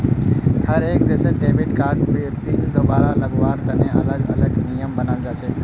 हर एक देशत debit card PIN दुबारा लगावार तने अलग अलग नियम बनाल जा छे